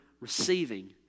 receiving